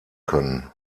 können